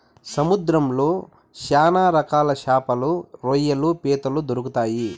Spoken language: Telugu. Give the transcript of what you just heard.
సముద్రంలో శ్యాన రకాల శాపలు, రొయ్యలు, పీతలు దొరుకుతాయి